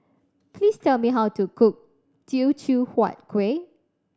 please tell me how to cook Teochew Huat Kuih